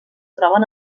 troben